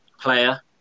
player